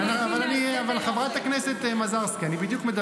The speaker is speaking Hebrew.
הם אוספים אוכל מהזבל.